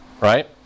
right